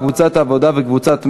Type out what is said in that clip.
קבוצת העבודה וקבוצת מרצ.